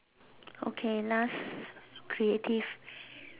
okay last creative